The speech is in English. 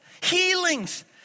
healings